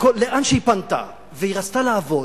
לאן שהיא פנתה, והיא רצתה לעבוד.